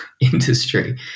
industry